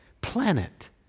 planet